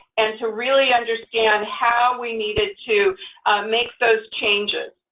and to really understand how we needed to make those changes.